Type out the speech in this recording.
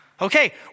Okay